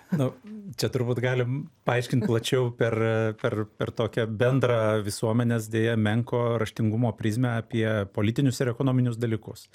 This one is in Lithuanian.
nu čia turbūt galim paaiškint plačiau per a per per tokią bendrą visuomenės deja menko raštingumo prizmę apie politinius ir ekonominius dalykus